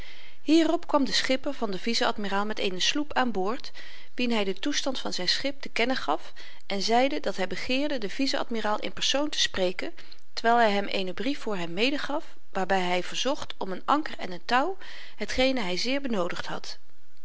hierop kwam de schipper van den vice-admiraal met eene sloep aan boord wien hy den toestand van zyn schip te kennen gaf en zeide dat hy begeerde den vice-admiraal in persoon te spreken terwyl hy hem eenen brief voor hem medegaf waarby hy verzocht om een anker en een touw hetgene hy zeer benoodigd had